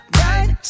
right